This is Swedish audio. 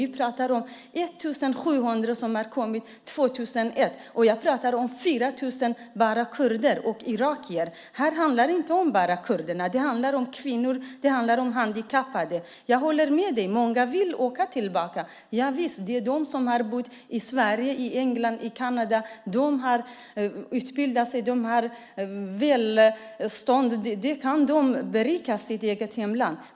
Vi pratar om 1 700 som har kommit 2001, och jag pratar om 4 000 kurder och irakier. Här handlar det inte bara om kurderna. Det handlar om kvinnor och handikappade. Jag håller med dig. Många vill åka tillbaka, javisst. Det är de som har bott i Sverige, England eller Kanada, utbildat sig och skaffat välstånd. De kan berika sitt eget hemland.